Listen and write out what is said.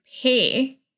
pay